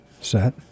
set